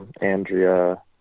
andrea